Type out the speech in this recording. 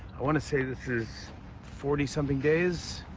i want to say this is forty something days?